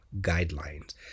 guidelines